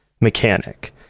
mechanic